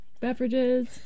beverages